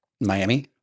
Miami